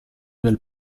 del